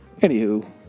Anywho